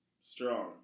Strong